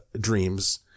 dreams